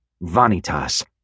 Vanitas